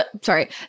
sorry